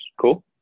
Cool